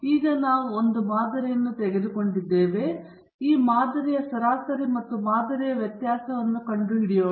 ಈಗ ನಾವು ಮಾದರಿಯನ್ನು ತೆಗೆದುಕೊಂಡಿದ್ದೇವೆ ನಾವು ಮಾದರಿಯ ಸರಾಸರಿ ಮತ್ತು ಮಾದರಿಯ ವ್ಯತ್ಯಾಸವನ್ನು ಕಂಡುಹಿಡಿಯಬಹುದು